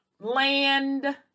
land